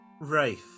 Rafe